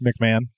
McMahon